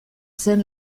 zen